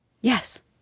Yes